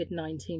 COVID-19